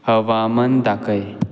हवामन दाखय